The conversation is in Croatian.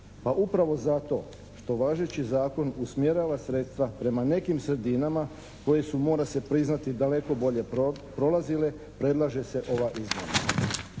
pa upravo zato što važeći zakon usmjerava sredstva prema nekim sredinama koje su mora se priznati, daleko bolje prolazile, predlaže se ova izmjena.